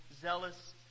zealous